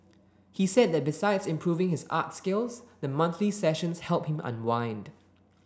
he said that besides improving his art skills the monthly sessions help him unwind